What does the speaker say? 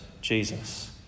Jesus